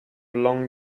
long